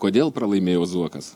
kodėl pralaimėjo zuokas